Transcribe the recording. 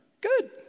good